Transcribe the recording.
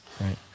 right